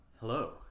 Hello